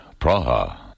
Praha